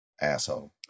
Asshole